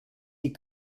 die